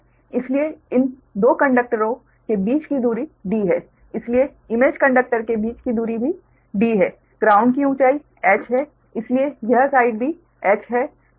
इसलिए इन 2 कंडक्टरों के बीच की दूरी d है इसलिए इमेज कंडक्टर के बीच की दूरी भी d है ग्राउंड की ऊंचाई h है इसलिए यह साइड भी h है